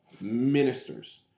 ministers